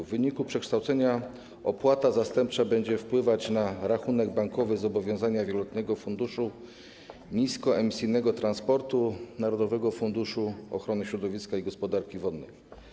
W wyniku przekształcenia opłata zastępcza będzie wpływać na rachunek bankowy zobowiązania wieloletniego Funduszu Niskoemisyjnego Transportu Narodowego Funduszu Ochrony Środowiska i Gospodarki Wodnej.